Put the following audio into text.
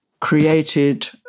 created